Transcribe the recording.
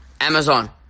Amazon